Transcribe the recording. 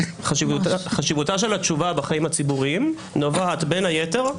חשיבותה של התשובה בחיים הציבוריים נובעת בן היתר,